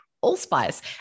allspice